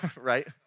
right